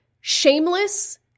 shameless